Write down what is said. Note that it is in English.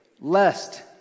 lest